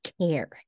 Care